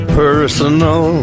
personal